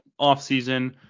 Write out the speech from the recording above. offseason